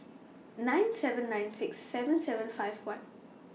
nine seven nine six seven seven five one